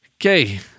Okay